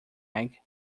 egg